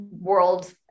world